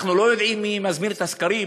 אנחנו לא יודעים מי מזמין את הסקרים?